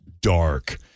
dark